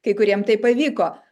kai kuriem tai pavyko